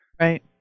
Right